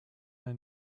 ein